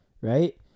right